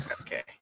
Okay